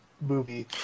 movie